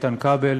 איתן כבל